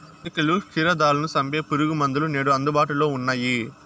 ఎలుకలు, క్షీరదాలను సంపె పురుగుమందులు నేడు అందుబాటులో ఉన్నయ్యి